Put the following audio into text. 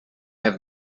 have